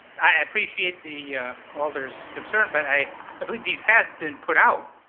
i appreciate the alder's concern, but i believe these have been put out.